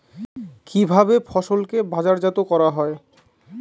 কিভাবে ফসলকে বাজারজাত করা হয়?